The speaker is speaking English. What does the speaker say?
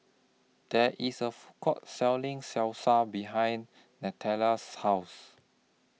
There IS A Food Court Selling Salsa behind Nataila's House